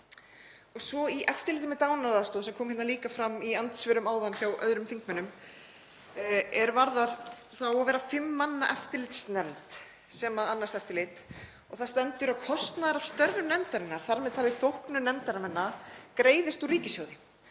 er það eftirlit með dánaraðstoð, sem kom líka fram í andsvörum áðan hjá öðrum þingmönnum. Það á að vera fimm manna eftirlitsnefnd sem annast eftirlit og það stendur að kostnaður af störfum nefndarinnar, þar með talið þóknun nefndarmanna, greiðist úr ríkissjóði